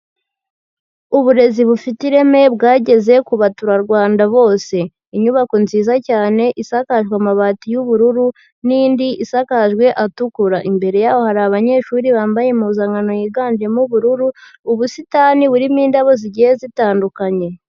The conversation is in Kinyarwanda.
Uburezi bufite ireme bwageze ku baturarwanda bose. Inyubako nziza cyane isakajwe amabati y'ubururu n'indi isakajwe atukura. Imbere yaho hari abanyeshuri bambaye impuzankano yiganjemo ubururu, ubusitani burimo indabo zigiye zitandukanye.